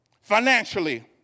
Financially